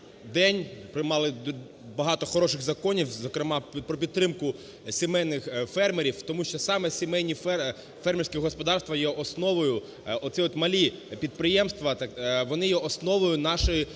день. Ми мали багато хороших законів, зокрема, про підтримку сімейних фермерів, тому що саме сімейні фермерські господарства є основою, оці от малі підприємства, вони є основою нашої